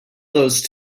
those